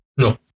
No